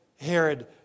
Herod